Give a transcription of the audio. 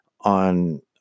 on